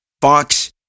Fox